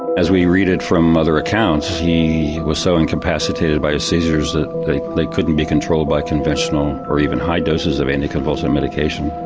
as we read it from other accounts he was so incapacitated by his seizures that they they couldn't be controlled by conventional or even high doses of anti-convulsant medication,